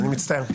אני מצטער.